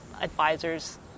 advisors